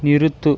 நிறுத்து